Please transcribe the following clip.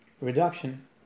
Reduction